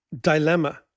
dilemma